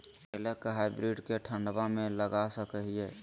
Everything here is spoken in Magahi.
करेला के हाइब्रिड के ठंडवा मे लगा सकय हैय?